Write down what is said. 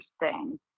interesting